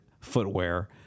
footwear